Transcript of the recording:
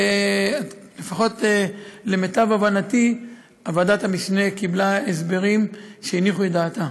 ולפחות למיטב הבנתי ועדת המשנה קיבלה הסברים שהניחו את דעתה.